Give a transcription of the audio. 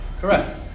Correct